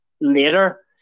later